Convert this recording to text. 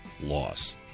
loss